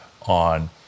on